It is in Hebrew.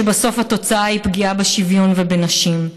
ובסוף התוצאה היא פגיעה בשוויון ובנשים.